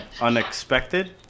unexpected